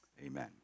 amen